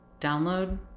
download